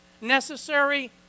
Necessary